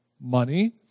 money